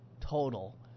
total